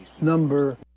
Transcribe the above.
number